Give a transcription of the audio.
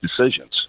decisions